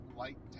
light